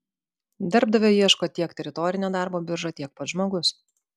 darbdavio ieško tiek teritorinė darbo birža tiek pats žmogus